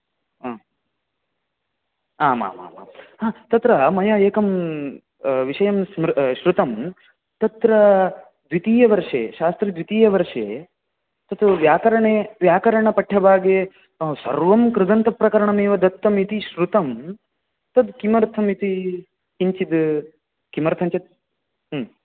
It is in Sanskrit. हा आम् आम् आम् आम् हा तत्र मया एकं विषयं स्मृ श्रुतं तत्र द्वितीयवर्षे शास्त्री द्वितीयवर्षे तत् व्याकरणे व्याकरणपठ्यभागे सर्वं कृदन्तप्रकरणमेव दत्तं इति शृतं तद् किमर्थम् इति किञ्चित् किमर्थञ्चेत् हूं